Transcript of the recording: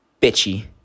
bitchy